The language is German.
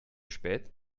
spät